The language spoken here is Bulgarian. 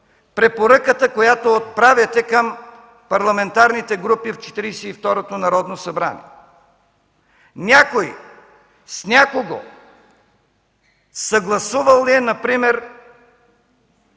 препоръката, която отправяте към парламентарните групи в Четиридесет и второто Народно събрание? Някой с някого съгласувал ли е например